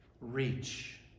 reach